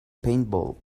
paintball